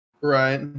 Right